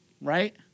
Right